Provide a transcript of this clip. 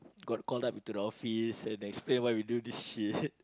got called up into the office and explain why we do this shit